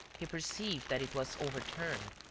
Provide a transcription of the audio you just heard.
he perceived that it was overturned.